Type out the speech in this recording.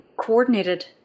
coordinated